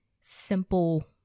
simple